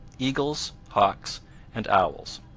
eagles, hawks and owls.